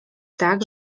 tak